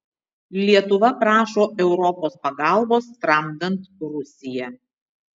lietuva prašo europos pagalbos tramdant rusiją